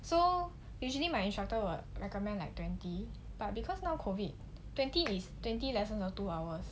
so usually my instructor would recommend like twenty but because now COVID twenty is twenty lessons are two hours